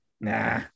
nah